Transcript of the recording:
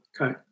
Okay